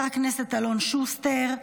אלון שוסטר,